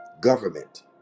Government